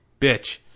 bitch